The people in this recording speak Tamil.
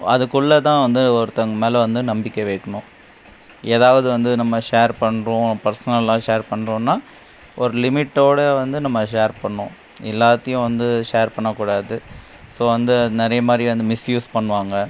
அதுக்குள்ள தான் வந்து ஒருத்தங்க மேல் வந்து நம்பிக்கை வைக்கணும் எதாவது வந்து நம்ம ஷேர் பண்றோம் பர்ஸ்னலாக ஷேர் பண்றோன்னால் ஒரு லிமிட்டோடு வந்து நம்ம ஷேர் பண்ணணும் எல்லாத்தையும் வந்து ஷேர் பண்ணக்கூடாது ஸோ அந்த நிறையா மாதிரி அந்த மிஸ்யூஸ் பண்ணுவாங்க